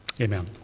Amen